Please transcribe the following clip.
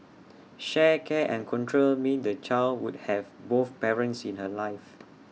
shared care and control meant the child would have both parents in her life